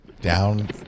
down